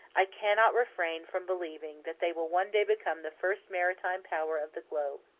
i cannot refrain from believing that they will one day become the first maritime power of the globe.